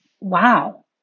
wow